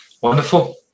wonderful